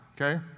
okay